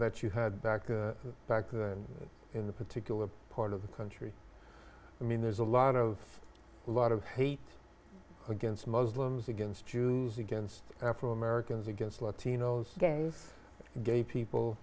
that you had back to back in the particular part of the country i mean there's a lot of a lot of hate against muslims against jews against afro americans against latinos gays gay people